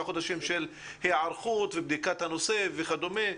חודשים של היערכות ובדיקת הנושא וכדומה,